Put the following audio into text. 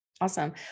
Awesome